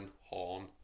Horn